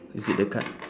you see the card